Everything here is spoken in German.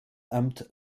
amt